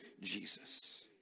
Jesus